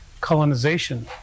colonization